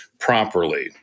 properly